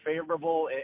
favorable